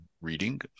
reading